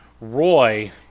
Roy